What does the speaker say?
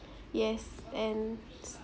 yes and